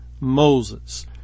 Moses